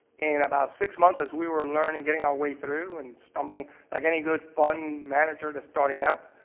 in about six months as we were learning getting our way through and stumbling like any good fund manager that's starting out,